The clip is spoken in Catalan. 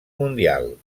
mundial